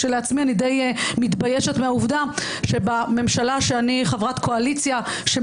כשלעצמי אני מתביישת בעובדה שבממשלה שאני חברת קואליציה בה,